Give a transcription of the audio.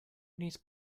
niece